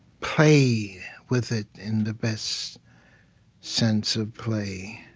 play with it in the best sense of play.